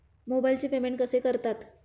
मोबाइलचे पेमेंट कसे करतात?